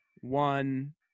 one